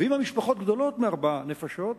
ואם המשפחות גדולות מארבע נפשות,